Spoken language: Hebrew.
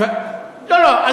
לא, לא.